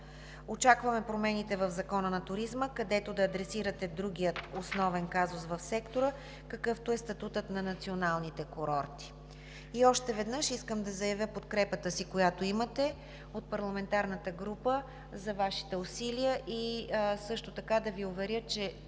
Очакваме промените в Закона за туризма, където да адресирате другия основен казус в сектора, какъвто е статутът на националните курорти. И още веднъж искам да заявя подкрепата си, която имате от парламентарната група за Вашите усилия и също така да Ви уверя, че